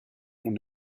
non